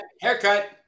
Haircut